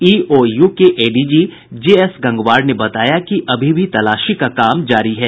EOU के ADG J S Gangwar ने बताया कि अभी भी तलाशी का काम जारी है